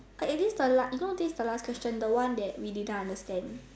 is this the last you know this is the last question the one that we didn't understand